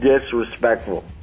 disrespectful